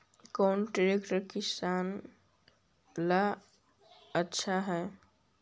कौन ट्रैक्टर किसान ला आछा है?